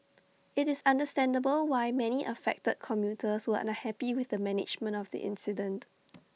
IT is understandable why many affected commuters were unhappy with the management of the incident